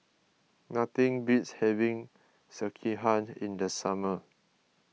nothing beats having Sekihan in the summer